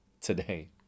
today